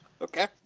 Okay